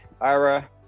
Ira